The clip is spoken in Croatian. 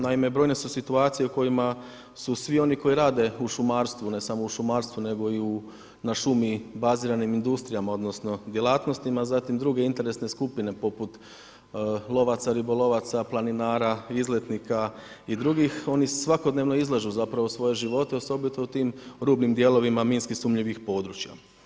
Naime, brojne su situacije u kojima su svi oni koji rade u šumarstvu, ne samo u šumarstvu nego i u na šumi baziranim industrijama odnosno djelatnostima, zatim druge interesne skupine poput lovaca, ribolovaca, planinara izletnika i drugih, oni svakodnevno izlažu zapravo svoje živote, osobito u tim rubnim dijelovima minski sumnjivih područja.